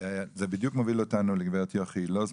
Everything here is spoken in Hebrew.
זה בדיוק מוביל אותנו לגברת יוכי אילוז,